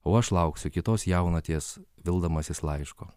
o aš lauksiu kitos jaunaties vildamasis laiško